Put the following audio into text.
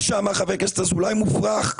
מה שאמר חבר הכנסת אזולאי מופרך.